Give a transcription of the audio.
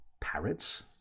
Parrots